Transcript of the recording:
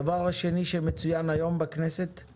הדבר השני שמצוין היום בכנסת הוא